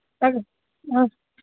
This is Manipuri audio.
ꯑꯥ ꯑꯥ